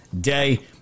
day